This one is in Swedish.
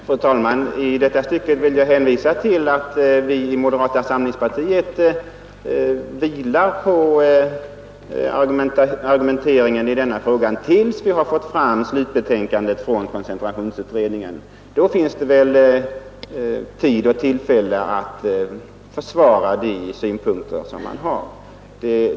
Fru talman! I detta slutskede vill jag hänvisa till att vi i moderata samlingspartiet vilar på argumenteringen i denna fråga, tills vi fått fram slutbetänkandet från koncentrationsutredningen. Då blir det tid och tillfälle att försvara de synpunkter som man har.